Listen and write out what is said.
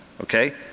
Okay